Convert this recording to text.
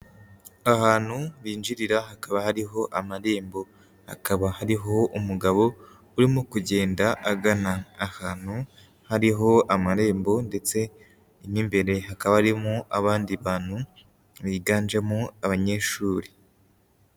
Ahantu binjirira hakaba hariho amarembo, hakaba hariho umugabo urimo kugenda agana ahantu hariho amarembo ndetse mo imbere hakaba harimo abandi bantu biganjemo abanyeshuri.